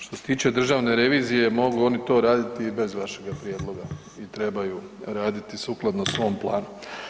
Što se tiče državne revizije, mogu oni to raditi i bez vašega prijedloga i trebaju raditi sukladno svom planu.